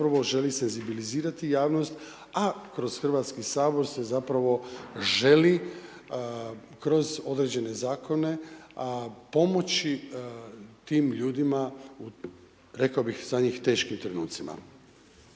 Hrvatski sabor se zapravo želi kroz određene zakone pomoći tim ljudima rekao bih